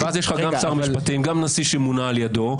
ואז יש לך גם שר משפטים וגם נשיא שמונה על ידו,